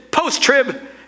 post-trib